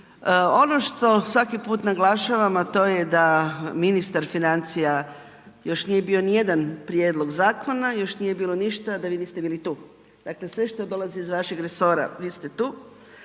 Ono što svaki put naglašavam a to je da ministar financija još nije bio nijedan prijedlog zakona, još nije bilo ništa da vi niste bili tu, dakle sve što dolazi iz vašeg resora, vi ste tu,